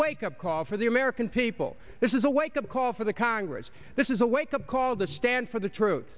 wake up call for the american people this is a wake up call for the congress this is a wake up call the stand for the truth